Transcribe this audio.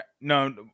No